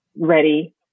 ready